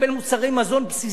הוא צריך לקבל מוצרי מזון בסיסיים.